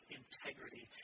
integrity